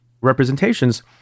representations